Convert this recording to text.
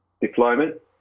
deployment